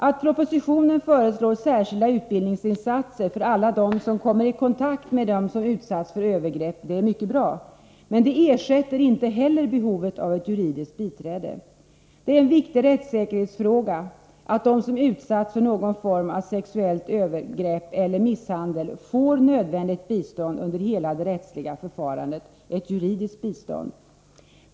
Att propositionen föreslår särskilda utbildningsinsatser för alla som kommer i kontakt med dem som utsatts för övergrepp är bra. Men det ersätter inte heller behovet av ett juridiskt biträde. Det är en mycket viktig rättssäkerhetsfråga att de som utsatts för någon form av sexuellt övergrepp eller misshandel får nödvändigt bistånd under hela det rättsliga förfarandet — ett juridiskt bistånd.